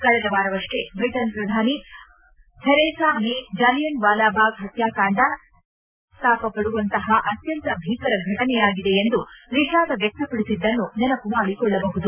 ಕಳೆದ ವಾರವಷ್ಟೆ ಬಿಟನ್ ಪ್ರಧಾನಿ Theresa May Jallian Vala Bagh ಪತ್ಕಾಕಾಂಡ ತಮ್ಮ ದೇಶ ಪಶ್ವಾತ್ತಾಪಪಡುವಂತಪ ಅತ್ಯಂತ ಭೀಕರ ಘಟನೆಯಾಗಿದೆ ಎಂದು ವಿಷಾಧ ವ್ಯಕ್ತಪಡಿಸಿದ್ದನ್ನು ನೆನಮ ಮಾಡಿಕೊಳ್ಳಬಹುದು